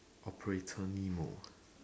operator nemo